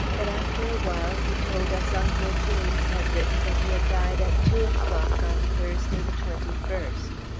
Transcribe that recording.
but after a while he told us uncle james had written that he had died at two o'clock on thursday the twenty first.